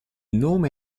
nome